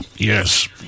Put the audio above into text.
Yes